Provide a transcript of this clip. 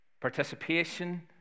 participation